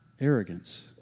arrogance